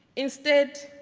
instead,